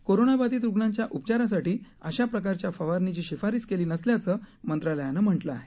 कोरोनाबाधित रुग्णांच्या उपचारासाठी अशा प्रकारच्या फवारणीची शिफारस केली नसल्याचं मंत्रालयानं म्हटलं आहे